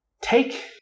take